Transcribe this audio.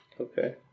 okay